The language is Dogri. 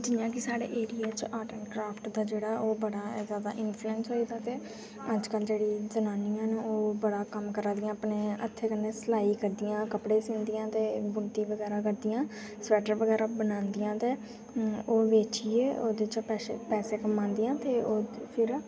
जि'यां कि साढ़े एरिया च आर्ट एंड क्राफ्ट दा जेह्ड़ा ओह् बड़ा जैदा इंफूलैंस होई दा ते अजकल जेह्ड़ी जनानियां न ओह् बड़ा कम्म करा दियां अपने हत्थें कन्नै सलाई करदियां कपड़े सींदियां ते बुनदियां बगैरा करदियां सबैटर बगैरा बनांदियां ते ओह् बेचियै ओह्दे चा पैसे कमांदियां ते ओह् फिर